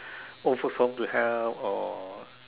old folks home to help or